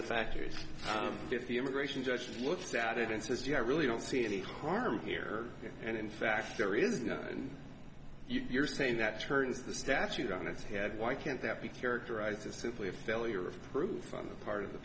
the factors fifty immigration judge who looks at it and says gee i really don't see any harm here and in fact there is no and you're saying that turns the statute on its head why can't that be characterized as simply a failure of proof on the part of the